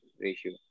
ratio